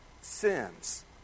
sins